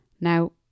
Now